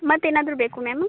ಮತ್ತೇನಾದರೂ ಬೇಕಾ ಮ್ಯಾಮ್